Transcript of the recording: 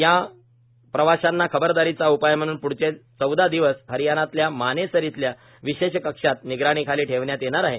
या प्रवाशांना खबरदारीचा उपाय म्हणून प्ढचे चौदा दिवस हरियाणातल्या मानेसर इथल्या विशेष कक्षात निगराणीखाली ठेवण्यात येणार आहे